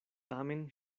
tamen